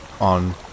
On